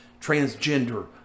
transgender